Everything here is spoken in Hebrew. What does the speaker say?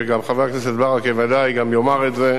וגם חבר הכנסת מוחמד ברכה ודאי גם יאמר את זה,